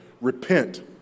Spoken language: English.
repent